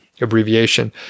abbreviation